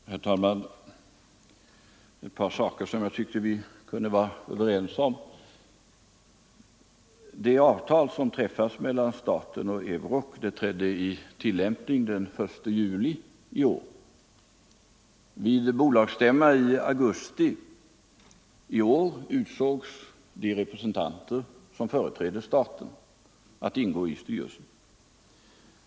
Herr talman! Det är ett par saker som jag tycker att vi kunde vara överens om. Det avtal som träffades mellan staten och Euroc trädde i tillämpning den 1 juli i år. Vid bolagsstämma i augusti detta år utsågs de representanter som företräder staten i styrelsen.